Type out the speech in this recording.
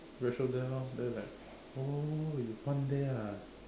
the bread shop there lor then like oh you 搬 there ah